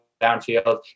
downfield